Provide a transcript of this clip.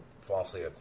falsely